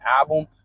album